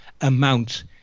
amount